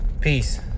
Peace